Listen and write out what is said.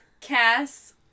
Cass